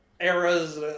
eras